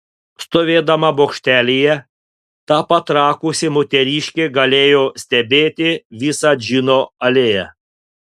stovėdama bokštelyje ta patrakusi moteriškė galėjo stebėti visą džino alėją